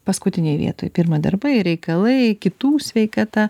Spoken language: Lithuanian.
paskutinėj vietoj pirma darbai reikalai kitų sveikata